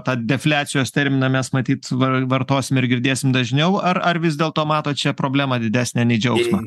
tą defliacijos terminą mes matyt va vartosim ir girdėsim dažniau ar ar vis dėlto matot čia problemą didesnę nei džiaugsmą